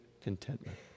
contentment